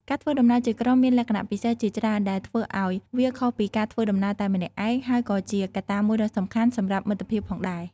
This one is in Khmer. ការធ្វើដំណើរជាក្រុមមានលក្ខណៈពិសេសជាច្រើនដែលធ្វើឱ្យវាខុសពីការធ្វើដំណើរតែម្នាក់ឯង ហើយក៏ជាកត្តាមួយដ៏សំខាន់សម្រាប់មិត្តភាពផងដែរ។